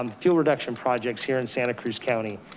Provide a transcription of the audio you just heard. um fuel reduction projects here in santa cruz county.